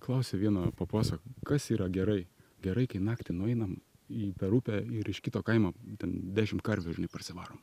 klausia vieno papasakok kas yra gerai gerai kai naktį nueinam į per upę ir iš kito kaimo ten dešim karvių ar ne parsivarom